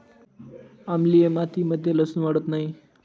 आम्लीय मातीमध्ये लसुन वाढत नाही